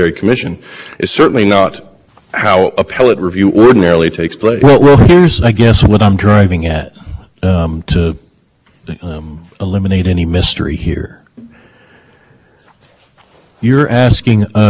here you're asking us to review a conviction not a statute in this particular conviction here there were specific